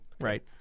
Right